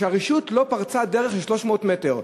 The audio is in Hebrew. כי הרשות לא פרצה דרך של 300 מטר.